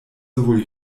sowohl